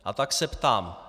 A tak se ptám.